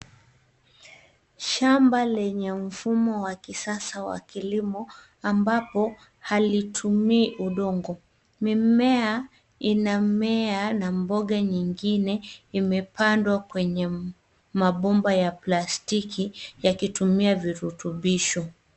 Shamba lenye mfumo wa kisasa wa kilimo ambapo halitumii udongo. Mimea inamea na mboga nyingine imepandwa kwenye mabomba ya plastiki yakitumia virutubisho.